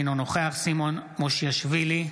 אינו נוכח סימון מושיאשוילי,